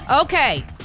Okay